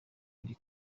iri